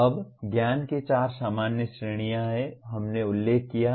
अब ज्ञान की चार सामान्य श्रेणियां हैं जिनका हमने उल्लेख किया है